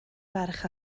ferch